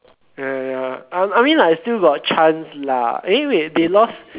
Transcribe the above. ya ya ya I I mean like still got chance lah eh wait they lost